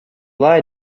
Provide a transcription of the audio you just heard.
lie